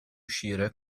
uscire